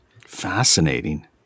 Fascinating